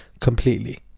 completely